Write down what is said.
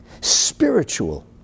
spiritual